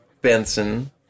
Benson